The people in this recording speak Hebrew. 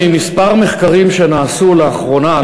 מכמה מחקרים שנעשו לאחרונה,